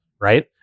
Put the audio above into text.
right